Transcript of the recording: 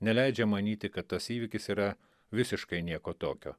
neleidžia manyti kad tas įvykis yra visiškai nieko tokio